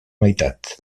meitat